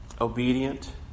obedient